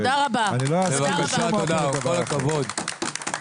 אני לא אסכים בשום אופן לדבר הזה.